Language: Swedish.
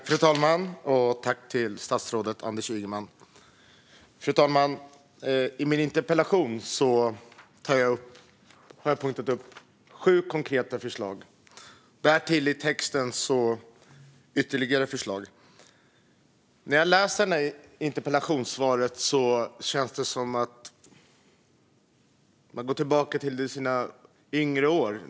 Fru talman! I min interpellation tar jag upp sju konkreta förslag förutom ytterligare förslag i texten. När jag läser interpellationssvaret känns det som att gå tillbaka till yngre dagar.